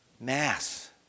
mass